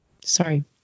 sorry